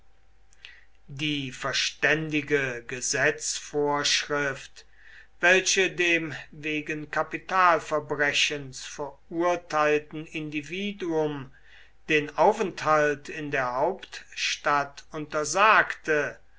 die verständige gesetzvorschrift welche dem wegen kapitalverbrechens verurteilten individuum den aufenthalt in der hauptstadt untersagte